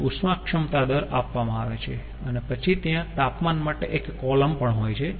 અને ઉષ્મા ક્ષમતા દર આપવામાં આવે છે અને પછી ત્યાં તાપમાન માટે એક કોલમ પણ હોય છે